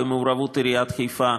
במעורבות עיריית חיפה,